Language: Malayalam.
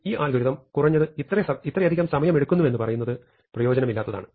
ഈ അൽഗോരിതം കുറഞ്ഞത് ഇത്രയധികം സമയമെടുക്കുന്നുവെന്ന് പറയുന്നത് പ്രയോജനമില്ലാത്തതാണ്